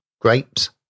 grapes